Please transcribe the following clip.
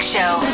Show